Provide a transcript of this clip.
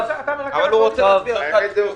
אתה מרכז הקואליציה בוועדת הכספים.